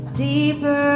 deeper